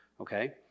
okay